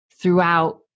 Throughout